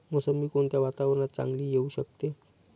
मोसंबी कोणत्या वातावरणात चांगली येऊ शकते?